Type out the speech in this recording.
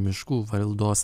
miškų valdos